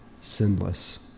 sinless